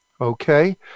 Okay